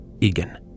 Egan